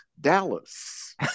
Dallas